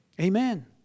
Amen